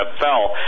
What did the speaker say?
fell